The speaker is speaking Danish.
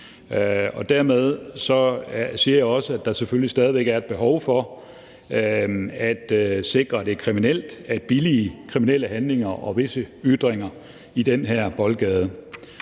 Og dermed siger jeg også, at der selvfølgelig stadig væk er et behov for at sikre, at det er kriminelt at billige kriminelle handlinger og visse ytringer i den her boldgade.